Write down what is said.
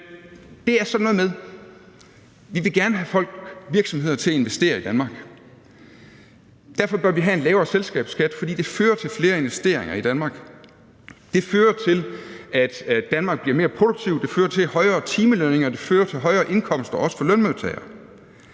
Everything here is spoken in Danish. det er sådan noget med, at vi gerne vil have folk og virksomheder til at investere i Danmark. Derfor bør vi have en lavere selskabsskat, for det fører til flere investeringer i Danmark. Det fører til, at Danmark bliver mere produktiv. Det fører til højere timelønninger. Det fører til højere indkomster, også for lønmodtagere.